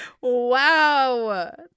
Wow